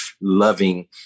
loving